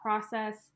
process